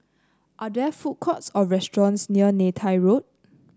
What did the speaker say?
are there food courts or restaurants near Neythai Road